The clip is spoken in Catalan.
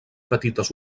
petites